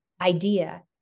idea